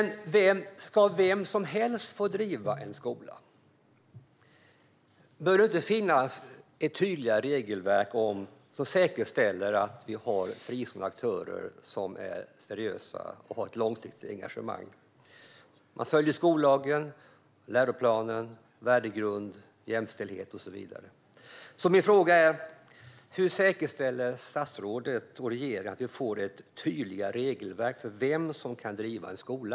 Ska vem som helst få driva en skola? Bör det inte finnas ett tydligare regelverk som säkerställer att fristående aktörer är seriösa, har ett långsiktigt engagemang och följer skollag, läroplan, värdegrund, jämställdhet och så vidare? Hur säkerställer statsrådet och regeringen att det finns ett tydligare regelverk för vem som kan driva en skola?